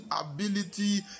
ability